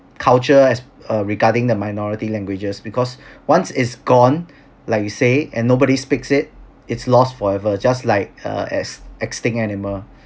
culture as uh regarding the minority languages because once it's gone like you say and nobody speaks it it's lost forever just like uh as extinct animal